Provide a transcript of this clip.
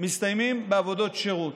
שמסתיימת בעבודות שירות.